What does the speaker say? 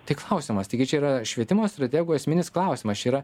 tai klausimas taigi čia yra švietimo strategų esminis klausimas čia yra